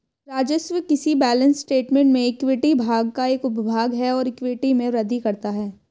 राजस्व किसी balance statement में इक्विटी भाग का एक उपभाग है और इक्विटी में वृद्धि करता है